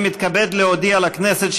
אני מתכבד להודיע לכנסת,